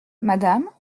madame